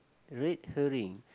red herring